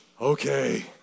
Okay